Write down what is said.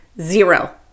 Zero